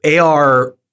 AR